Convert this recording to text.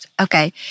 Okay